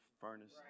furnace